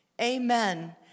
Amen